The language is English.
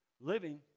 living